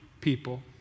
people